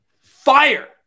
fire